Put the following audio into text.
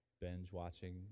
binge-watching